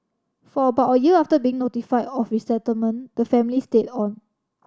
for about a year after being notified of resettlement the family stayed on